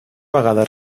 vegada